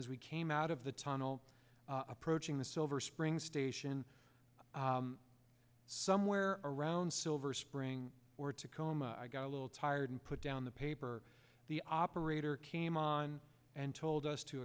as we came out of the tunnel approaching the silver spring station somewhere around silver spring or tacoma i got a little tired and put down the paper the operator came on and told us to